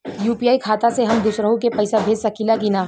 UPI खाता से हम दुसरहु के पैसा भेज सकीला की ना?